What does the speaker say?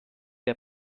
der